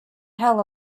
hell